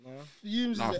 Fumes